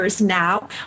Now